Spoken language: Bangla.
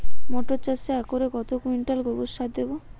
মটর চাষে একরে কত কুইন্টাল গোবরসার দেবো?